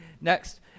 Next